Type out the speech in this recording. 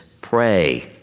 pray